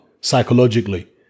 psychologically